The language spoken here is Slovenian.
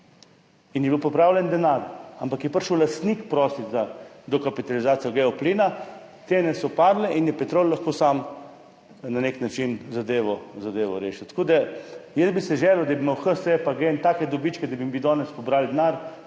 je bil pripravljen, ampak je prišel lastnik prosit za dokapitalizacijo Geoplina. Cene so padle in je Petrol lahko sam na nek način rešil zadevo. Jaz bi si želel, da bi imela HSE pa GEN take dobičke, da bi mi danes pobrali denar